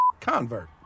convert